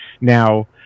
Now